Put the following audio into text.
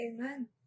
Amen